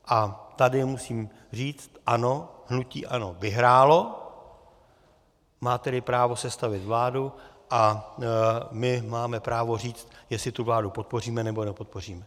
A tady musím říct ano, hnutí ANO vyhrálo, má tedy právo sestavit vládu a my máme právo říct, jestli tu vládu podpoříme, nebo nepodpoříme.